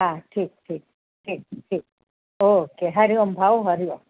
हा ठीकु ठीकु ठीकु ठीकु ओके हरिओम भाऊ हरिओम